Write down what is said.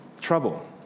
trouble